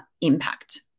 impact